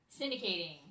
syndicating